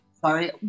Sorry